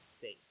safe